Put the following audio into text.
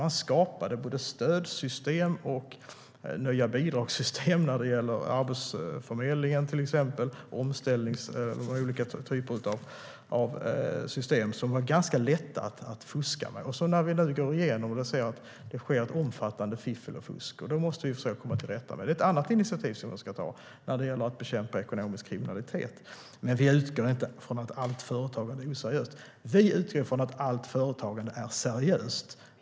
Man skapade både stödsystem och nya bidragssystem när det gäller till exempel Arbetsförmedlingen, olika typer av system som var ganska lätta att fuska med. När vi nu går igenom det ser vi att det sker ett omfattande fiffel och fusk. Då måste vi försöka komma till rätta med det. Det är ett annat initiativ som vi ska ta när det gäller att bekämpa ekonomisk kriminalitet. Men vi utgår inte från att allt företagande är oseriöst. Vi utgår från att allt företagande är seriöst.